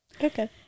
Okay